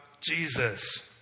Jesus